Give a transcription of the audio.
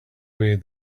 way